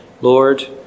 Lord